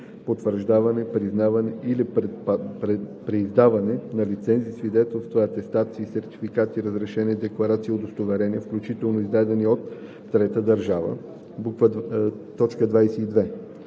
потвърждаване, признаване или преиздаване на лицензи, свидетелства, атестации, сертификати, разрешения, декларации и удостоверения, включително издадени от трета държава; 22.